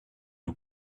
you